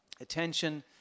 attention